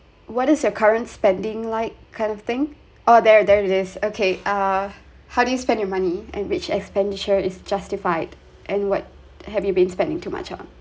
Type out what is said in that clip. what is your current spending like kind of thing oh there there it is okay uh how do you spend your money and which expenditure is justified and what have you been spending too much on